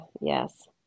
yes